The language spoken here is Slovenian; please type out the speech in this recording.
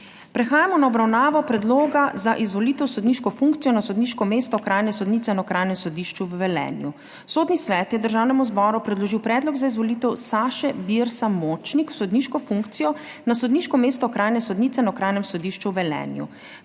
Prehajamo na obravnavo Predloga za izvolitev v sodniško funkcijo na sodniško mesto okrajne sodnice na Okrajnem sodišču v Velenju. Sodni svet je Državnemu zboru predložil predlog za izvolitev Saše Birsa Močnik v sodniško funkcijo na sodniško mesto okrajne sodnice na Okrajnem sodišču v Velenju.